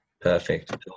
Perfect